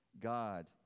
God